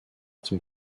zum